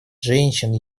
женщин